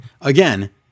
again